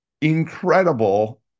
incredible